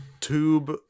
tube